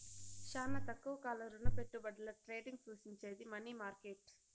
శానా తక్కువ కాల రుణపెట్టుబడుల ట్రేడింగ్ సూచించేది మనీ మార్కెట్